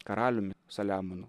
karaliumi saliamonu